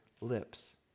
lips